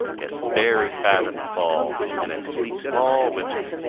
gets very fat in the fall and then sleeps all winter.